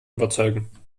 überzeugen